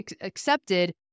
accepted